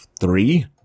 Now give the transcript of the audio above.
three